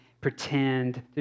pretend